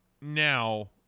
now